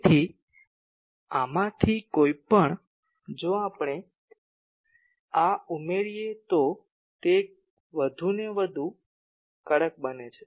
તેથી આમાંથી કોઈપણ જો આપણે આ ઉમેરીએ તો તે વધુ ને વધુ કડક બને છે